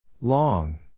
Long